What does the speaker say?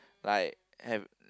like have